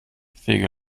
fähige